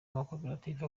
amakoperative